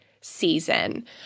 season